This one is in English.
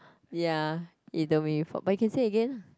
ya either way for but you can say again ah